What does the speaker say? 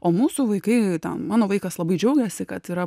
o mūsų vaikai ten mano vaikas labai džiaugiasi kad yra